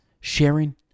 sharing